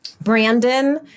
Brandon